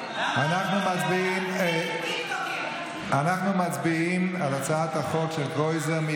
אנחנו מצביעים על הצעת החוק של קרויזר.